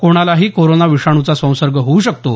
कोणालाही कोरोना विषाणूचा संसर्ग होऊ शकतो